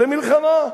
ולמלחמה.